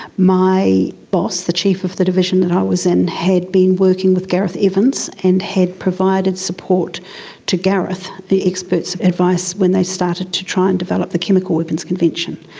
my boss, the chief of the division that i was in, had been working with gareth evans and had provided support to gareth, the experts' advice when they started to try and develop the chemical weapons convention.